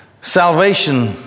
Salvation